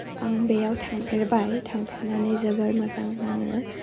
आं बेयाव थांफेरबाय थांनानै जोबोर मोजां नाङो